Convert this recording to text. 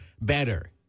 better